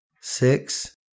six